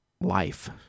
life